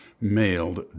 mailed